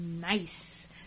nice